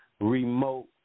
remote